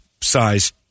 size